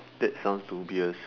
that sounds dubious